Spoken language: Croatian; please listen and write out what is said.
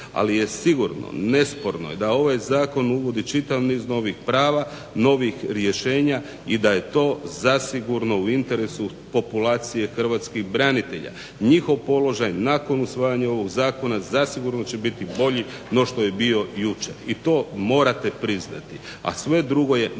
ali je sigurno nesporno je da ovaj zakon uvodi čitav niz novih prava, novih rješenja i da je to zasigurno u interesu populacije hrvatskih branitelja. Njihov položaj nakon usvajanja ovog zakona zasigurno će biti bolji no što je bio jučer i to morate priznati. A sve drugo je naprosto